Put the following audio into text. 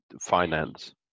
finance